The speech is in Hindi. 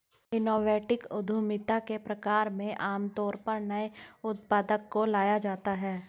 इनोवेटिव उद्यमिता के प्रकार में आमतौर पर नए उत्पाद को लाया जाता है